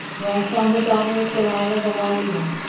where i found the daughter of dalilah the wily one,